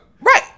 right